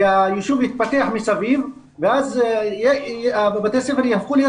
שהיישוב יתפתח מסביב ואז בתי הספר יהפכו להיות